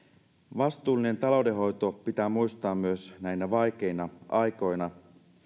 vastuullinen taloudenhoito pitää muistaa myös näinä vaikeina aikoina